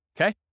Okay